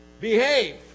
behave